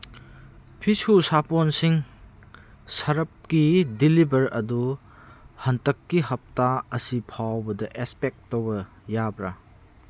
ꯐꯤꯁꯨ ꯁꯥꯄꯣꯟꯁꯤꯡ ꯁꯔꯞꯀꯤ ꯗꯤꯂꯤꯚꯔ ꯑꯗꯨ ꯍꯟꯇꯛꯀꯤ ꯍꯞꯇꯥ ꯑꯁꯤ ꯐꯥꯎꯕꯗ ꯑꯦꯁꯄꯦꯛ ꯇꯧꯕ ꯌꯥꯕ꯭ꯔꯥ